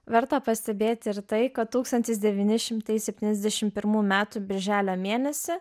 verta pastebėti ir tai kad tūkstantis devyni šimtai septyniasdešim pirmų metų birželio mėnesį